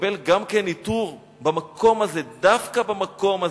נקבל גם כן עיטור במקום הזה, דווקא במקום הזה,